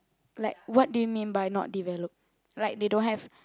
like what they mean by not developed like they don't have